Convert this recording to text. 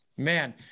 man